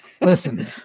listen